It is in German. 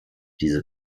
diese